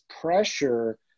pressure